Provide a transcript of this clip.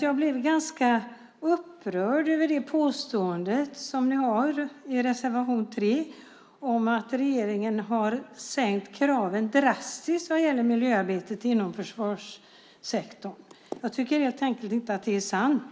Jag blev ganska upprörd över påståendet som ni har i reservation nr 3 om att regeringen har sänkt kraven drastiskt vad gäller miljöarbetet inom försvarssektorn. Jag tycker helt enkelt inte att det är sant.